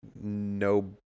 no